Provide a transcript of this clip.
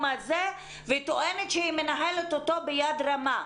הזה וטוענת שהיא מנהלת אותו ביד רמה.